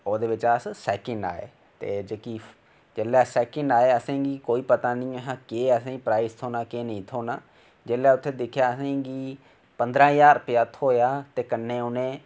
ओह्दे बिच्च अस सैकन्ड़ आए ते जेह्की जेल्लै सैकिन्ड़ आए आसें गी कोई पता नेई ऐहा के आसे गी प्राइज बिच्च थोहना केह् नेईं थ्होना जेल्लै उत्थै दिक्खेआ आसें गी पदंरा जहार रुपया थ्होआ कन्नै उत्थे शा